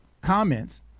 comments